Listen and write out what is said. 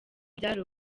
byari